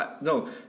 no